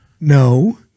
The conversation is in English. No